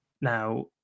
Now